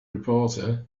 reporter